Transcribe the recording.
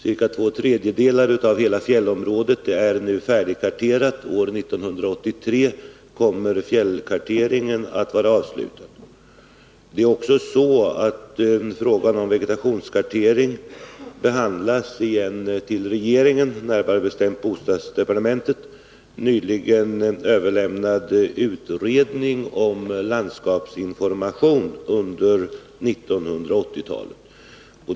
Ca två tredjedelar av hela fjällområdet är nu färdigkarterade, och fjällkarteringen kommer att vara avslutad år 1983. Frågan om vegetationskartering behandlas också i en till regeringen, närmare bestämt bostadsdepartementet, nyligen överlämnad utredning om landskapsinformation under 1980-talet.